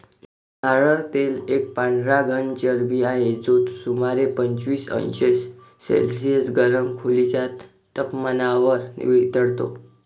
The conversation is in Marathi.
नारळ तेल एक पांढरा घन चरबी आहे, जो सुमारे पंचवीस अंश सेल्सिअस गरम खोलीच्या तपमानावर वितळतो